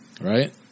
right